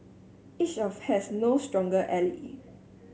each of has no stronger ally